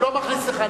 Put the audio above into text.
הוא לא מכניס לך,